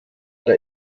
der